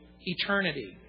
eternity